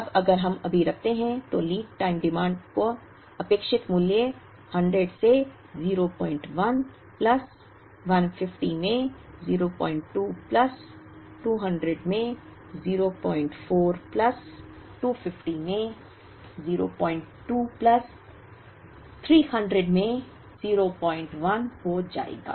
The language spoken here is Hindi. अब अगर हम अभी रखते हैं तो लीड टाइम डिमांड का अपेक्षित मूल्य 100 से 01 प्लस 150 में 02 प्लस 200 में 04 प्लस 250 में 02 प्लस 300 में 01 हो जाएगा